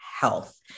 health